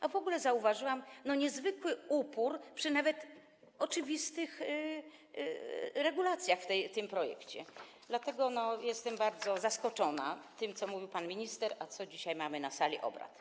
A w ogóle zauważyłam niezwykły upór przy nawet oczywistych regulacjach w tym projekcie, dlatego jestem bardzo zaskoczona tym, co mówił pan minister, i tym, co dzisiaj mamy na sali obrad.